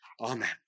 Amen